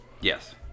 yes